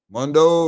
Mundo